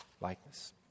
likeness